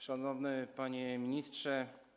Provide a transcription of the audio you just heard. Szanowny Panie Ministrze!